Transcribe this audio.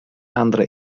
andere